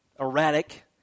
erratic